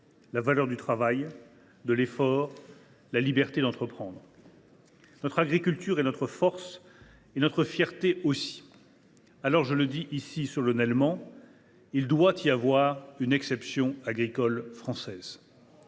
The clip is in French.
la valeur travail, le sens de l’effort et la liberté d’entreprendre. « Notre agriculture est notre force, et notre fierté aussi. Aussi, je le dis ici solennellement, il doit y avoir une exception agricole française.